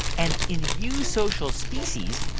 and in eusocial species,